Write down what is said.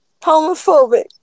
Homophobic